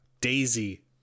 Daisy